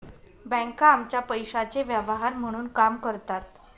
बँका आमच्या पैशाचे व्यवहार म्हणून काम करतात